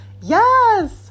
Yes